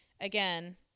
Again